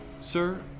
Sir